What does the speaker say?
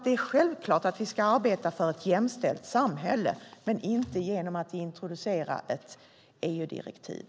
Det är självklart att vi ska arbeta för ett jämställt samhälle men inte genom att introducera ett EU-direktiv.